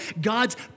God's